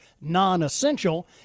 non-essential